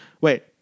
wait